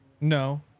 No